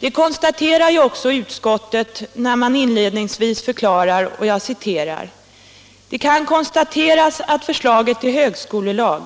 Det konstaterar också utskottet, när man inledningsvis förklarar: ”Det kan konstateras att förslaget till högskolelag